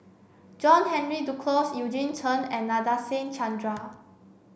John Henry Duclos Eugene Chen and Nadasen Chandra